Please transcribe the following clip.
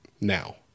now